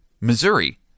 Missouri